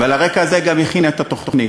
ועל הרקע הזה גם הכינה את התוכנית.